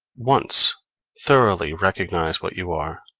once thoroughly recognize what you are,